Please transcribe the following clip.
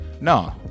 no